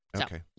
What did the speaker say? Okay